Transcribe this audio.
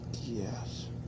yes